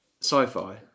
sci-fi